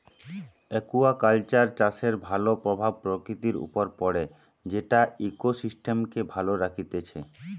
aquaculture চাষের ভাল প্রভাব প্রকৃতির উপর পড়ে যেটা ইকোসিস্টেমকে ভালো রাখতিছে